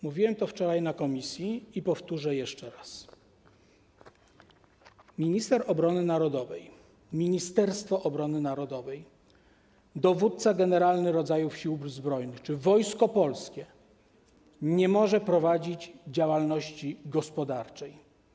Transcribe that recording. Mówiłem to wczoraj na posiedzeniu komisji i powtórzę jeszcze raz: minister obrony narodowej, Ministerstwo Obrony Narodowej, dowódca generalny rodzajów Sił Zbrojnych czy Wojsko Polskie nie może prowadzić działalności gospodarczej.